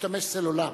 בבקשה.